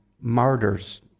martyrs